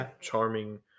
charming